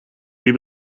wie